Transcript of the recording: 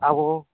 ᱟᱵᱚ